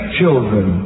children